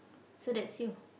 so that's you